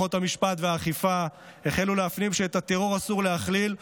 מערכות המשפט והאכיפה החלו להפנים שאת הטרור אסור להכיל,